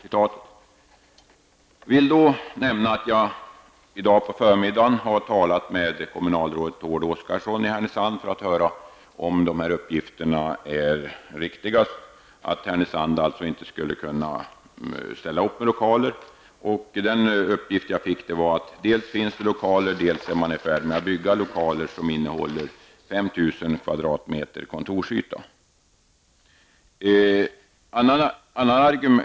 Jag har i dag på förmiddagen talat med kommunalrådet Tord Oscarsson i Härnösand för höra om det är riktigt att Härnösand inte skulle kunna ställa upp med lokaler. Jag fick uppgiften att det finns lokaler och att man är i färd med att bygga lokaler som innehåller mer än 5 000 m2 kontorsyta.